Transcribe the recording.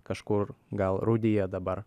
kažkur gal rūdija dabar